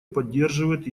поддерживает